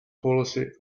policy